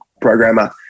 programmer